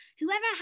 Whoever